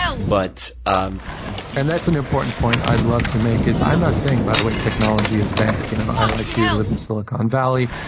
but um and that's an important point i'd love to make. i'm not saying, by the way, technology is bad. you know i, like you, live in silicon valley.